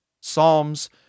Psalms